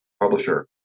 publisher